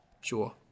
Sure